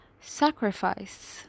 Sacrifice